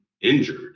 injured